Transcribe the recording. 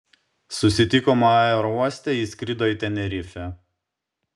susitikome aerouoste ji skrido į tenerifę